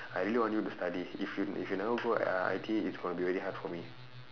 I really want you to study if you if you never go uh I_T_E it's going to be very hard for me